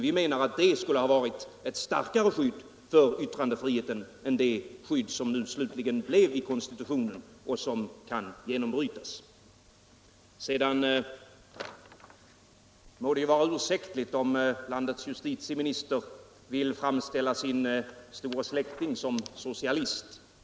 Vi menar att det skulle ha varit ett starkare skydd för yttrandefriheten än det skydd som slutligen infördes i konstitutionen och som kan genombrytas. Sedan må det vara ursäktligt om landets justitieminister vill framställa sin store släkting som socialist.